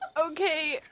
Okay